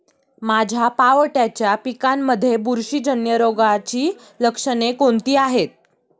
माझ्या पावट्याच्या पिकांमध्ये बुरशीजन्य रोगाची लक्षणे कोणती आहेत?